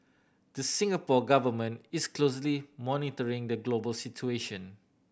the Singapore Government is closely monitoring the global situation